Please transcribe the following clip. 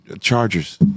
Chargers